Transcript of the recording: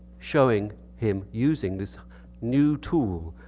showing him using this new tool,